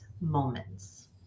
moments